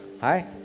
Hi